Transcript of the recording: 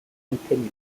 continued